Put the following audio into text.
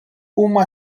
huma